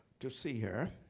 to see her,